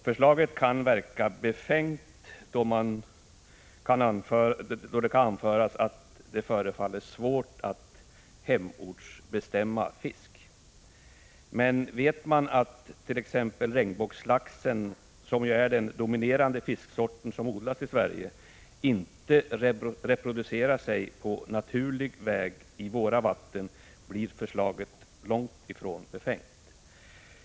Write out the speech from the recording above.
Förslaget kan verka befängt, då det kan anföras att det förefaller svårt att hemortsbestämma fisk. Men vet man att t.ex. regnbågslaxen, som är den dominerande fisksort som odlas i Sverige, inte reproducerar sig på naturlig väg i våra vatten, blir förslaget långt ifrån befängt.